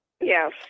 Yes